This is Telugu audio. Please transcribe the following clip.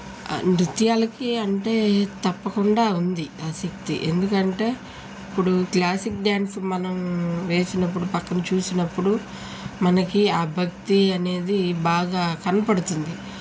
నృత్యాలకి అంటే తప్పకుండా ఉంది ఆసక్తి ఎందుకంటే ఇప్పుడు క్లాసిక్ డ్యాన్స్ మనం వేసినప్పుడు పక్కన చూసినప్పుడు మనకి ఆ భక్తి అనేది బాగా కనపడుతుంది